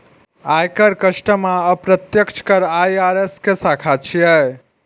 आयकर, कस्टम आ अप्रत्यक्ष कर आई.आर.एस के शाखा छियै